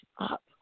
up